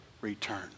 return